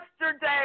Yesterday